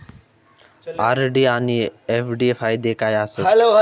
RD आनि FD फायदे काय आसात?